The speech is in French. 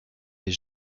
des